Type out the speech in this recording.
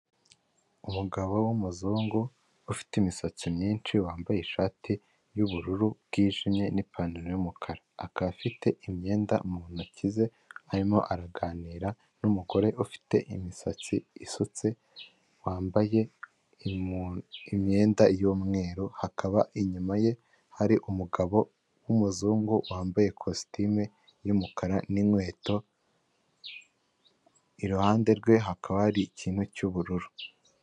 Aha ndahabona ibintu bigiye bitandukanye aho ndimo kubona abantu bagiye batandukanye, imodoka ndetse ndikubona moto zigiye zitandukanye, kandi nkaba ndimo ndabona na rifani zigiye zitandukanye, ndetse kandi nkaba ndimo kuhabona n'umuhanda wa kaburimbo.